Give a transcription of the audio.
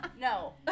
No